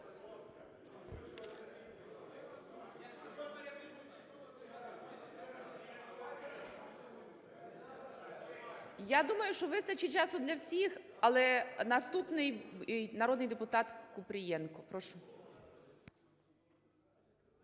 Я думаю, що вистачить часу для всіх, але наступний - народний депутат Купрієнко. Прошу.